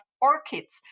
orchids